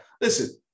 Listen